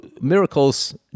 miracles